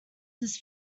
this